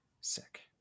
sick